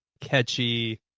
catchy